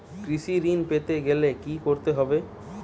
কৃষি ঋণ পেতে গেলে কি করতে হবে?